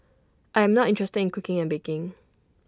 I am not interested in cooking and baking